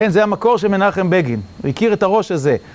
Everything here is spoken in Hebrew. כן, זה המקור של מנחם בגין, הוא הכיר את הראש הזה.